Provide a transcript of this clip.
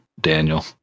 Daniel